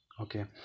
okay